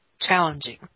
challenging